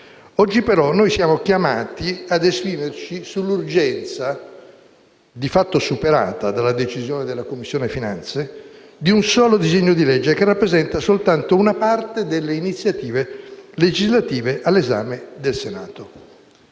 Oggi, però, noi siamo chiamati ad esprimerci sull'urgenza, di fatto superata dalla decisione della Commissione finanze, di un solo disegno di legge che rappresenta soltanto una parte delle iniziative legislative all'esame del Senato.